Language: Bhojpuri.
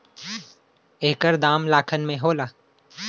एकर दाम लाखन में होला